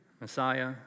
Messiah